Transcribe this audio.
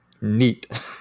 neat